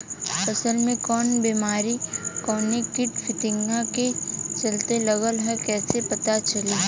फसल में कवन बेमारी कवने कीट फतिंगा के चलते लगल ह कइसे पता चली?